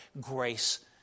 grace